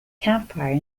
campfire